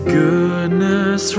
goodness